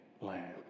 land